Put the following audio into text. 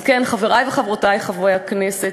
אז כן, חברי וחברותי חברי הכנסת,